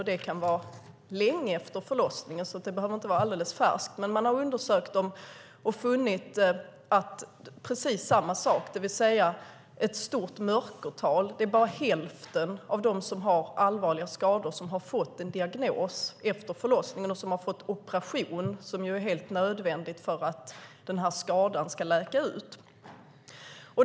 Det kan vara länge efter förlossningen, så det behöver inte vara alldeles färskt. Vid undersökningen har man funnit precis samma sak, det vill säga ett stort mörkertal, det är bara hälften av dem som har allvarliga skador som har fått en diagnos efter förlossningen och som har fått genomgå operation, som ju är helt nödvändigt för att skadan ska läka ut.